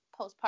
postpartum